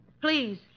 Please